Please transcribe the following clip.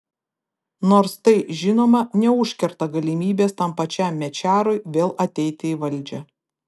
nors tai žinoma neužkerta galimybės tam pačiam mečiarui vėl ateiti į valdžią